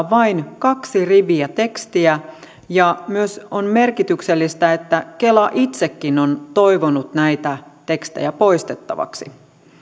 vain kaksi riviä tekstiä ja myös on merkityksellistä että kela itsekin on toivonut näitä tekstejä poistettavaksi